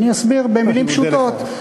אני אסביר במילים פשוטות.